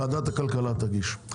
ועדת הכלכלה תגיש.